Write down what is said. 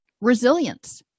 resilience